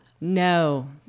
No